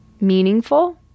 meaningful